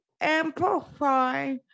amplify